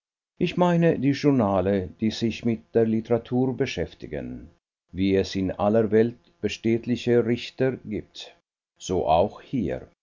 ich meine die journale die sich mit der literatur beschäftigen wie es in aller welt bestechliche richter gibt so auch hier